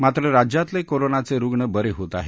मात्र राज्यातले कोरोनाचे रुग्ण बरे होत आहेत